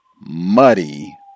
muddy